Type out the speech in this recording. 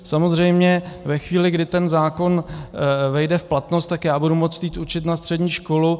Samozřejmě ve chvíli, kdy ten zákon vejde v platnost, tak já budu moct jít učit na střední školu.